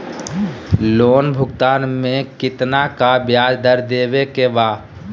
Loan भुगतान में कितना का ब्याज दर देवें के बा?